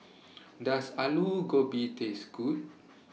Does Aloo Gobi Taste Good